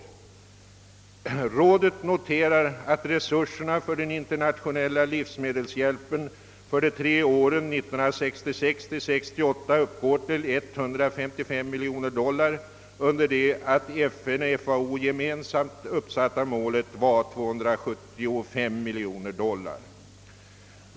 Rådet noterar att resurserna för den internationella livsmedelshjälpen för de tre åren 1966—1968 uppgår till 155 miljoner dollar under det att det av FN och FAO gemensamt uppsatta målet var. 275 miljoner dollar.